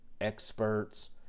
experts